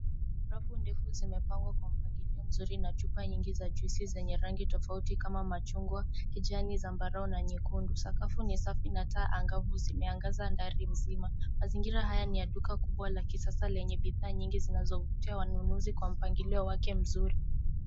Rafu ndefu zimepangwa kwa mpangilio mzuri na chupa nyingi za juizi zenye rangi tofauti kama machungwa, kijani na zambarau na nyekundu. Sakafu ni safi na taa angafu zimeangaza dari mzima. Mazingira haya ni ya duka kubwa la kisasa lenye bidhaa nyingi zinazovutia wanunuzi kwa mpangilio wake mzuri.